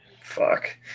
Fuck